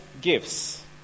gifts